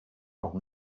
own